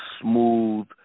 smooth